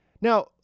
now